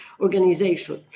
Organization